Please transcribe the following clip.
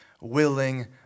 willing